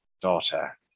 daughter